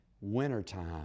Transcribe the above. Wintertime